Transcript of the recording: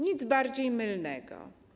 Nic bardziej mylnego.